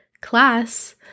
class